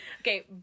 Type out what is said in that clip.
Okay